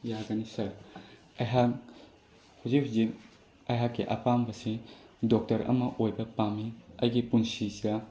ꯌꯥꯒꯅꯤ ꯁꯔ ꯑꯩꯍꯥꯛ ꯍꯧꯖꯤꯛ ꯍꯧꯖꯤꯛ ꯑꯩꯍꯥꯛꯀꯤ ꯑꯄꯥꯝꯕꯁꯤ ꯗꯣꯛꯇꯔ ꯑꯃ ꯑꯣꯏꯕ ꯄꯥꯝꯃꯤ ꯑꯩꯒꯤ ꯄꯨꯟꯁꯤꯁꯤꯗ